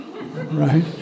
Right